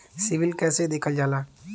CIBIL कैसे देखल जाला?